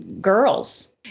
girls